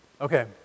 Okay